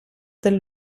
del